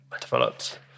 developed